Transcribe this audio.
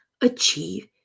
achieve